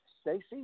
Stacey